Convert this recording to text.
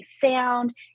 sound